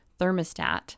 thermostat